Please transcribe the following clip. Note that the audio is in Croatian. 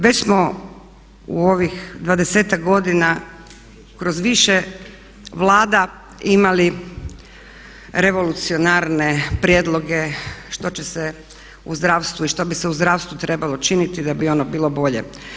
Već smo u ovih 20-ak godina kroz više Vlada imali revolucionarne prijedloge što će se u zdravstvu i što bi se u zdravstvu trebalo činiti da bi ono bilo bolje.